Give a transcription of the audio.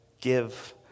give